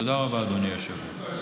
תודה רבה, אדוני היושב-ראש.